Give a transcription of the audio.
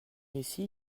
ici